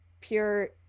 pure